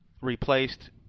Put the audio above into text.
replaced